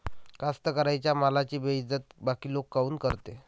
कास्तकाराइच्या मालाची बेइज्जती बाकी लोक काऊन करते?